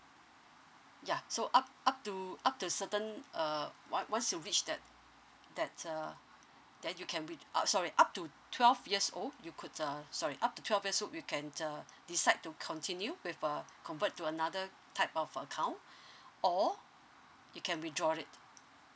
yeah so up up to up to certain uh once once you reach that that uh then you canwith uh sorry up to twelve years old you could uh sorry up twelveyears old you can uh decide to continue with uh convert to another type of account or you can withdraw it